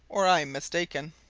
or i'm mistaken.